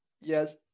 Yes